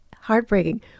heartbreaking